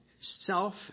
self